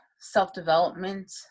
self-development